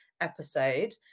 episode